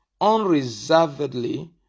unreservedly